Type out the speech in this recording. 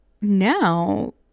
now